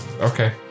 Okay